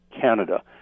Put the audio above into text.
Canada